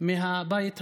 מהבית הזה.